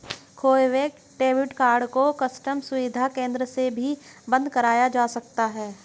खोये हुए debit card को कस्टम सुविधा केंद्र से भी बंद कराया जा सकता है